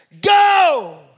Go